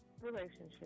relationship